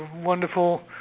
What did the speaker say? wonderful